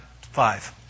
five